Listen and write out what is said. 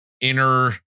inner